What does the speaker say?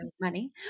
money